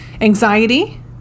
anxiety